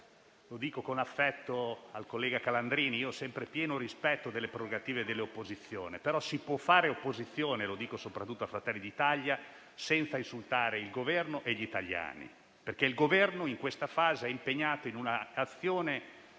Lo dico con affetto al collega Calandrini: ho sempre pieno rispetto delle prerogative delle opposizioni, però si può fare opposizione - lo dico soprattutto a Fratelli d'Italia - senza insultare il Governo e gli italiani. Il Governo in questa fase è impegnato in un'azione importantissima